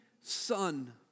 Son